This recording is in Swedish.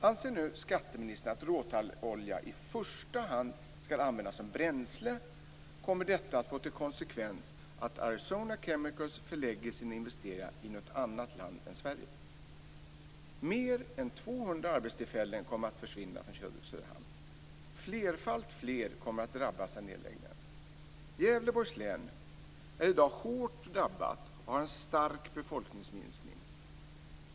Anser nu skatteministern att råtallolja i första hand skall användas som bränsle kommer detta att få till konsekvens att Arizona Chemical förlägger sina investeringar i något annat land än Sverige. Mer än 200 arbetstillfällen kommer att försvinna från Söderhamn. Flerfalt fler kommer att drabbas av nedläggningen. Gävleborgs län är i dag hårt drabbat av en stark befolkningsminskning.